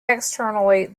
externally